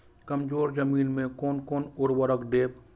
कमजोर जमीन में कोन कोन उर्वरक देब?